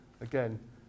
Again